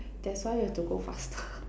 that's why we've to go faster